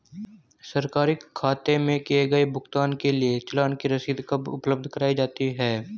सरकारी खाते में किए गए भुगतान के लिए चालान की रसीद कब उपलब्ध कराईं जाती हैं?